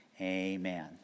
amen